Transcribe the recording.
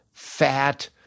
fat